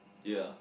ya